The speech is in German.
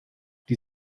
die